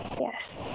Yes